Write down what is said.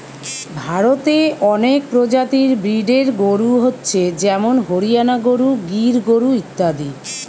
ভারতে অনেক প্রজাতির ব্রিডের গরু হচ্ছে যেমন হরিয়ানা গরু, গির গরু ইত্যাদি